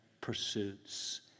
pursuits